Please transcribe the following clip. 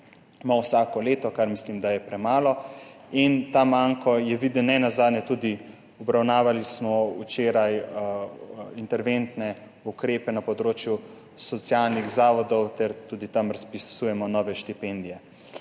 razpišemo vsako leto, kar mislim, da je premalo. Ta manko je viden, nenazadnje smo obravnavali včeraj tudi interventne ukrepe na področju socialnih zavodov ter tudi tam razpisujemo nove štipendije.